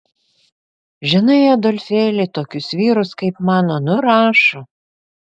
žinai adolfėli tokius vyrus kaip mano nurašo